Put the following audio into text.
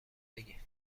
بگین